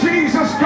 Jesus